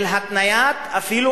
של התניית אפילו,